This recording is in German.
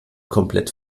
komplett